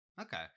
Okay